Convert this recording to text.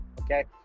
okay